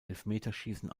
elfmeterschießen